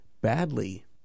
Badly